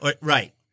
right